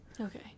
Okay